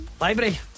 Library